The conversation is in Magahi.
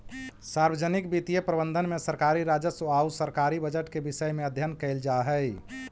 सार्वजनिक वित्तीय प्रबंधन में सरकारी राजस्व आउ सरकारी बजट के विषय में अध्ययन कैल जा हइ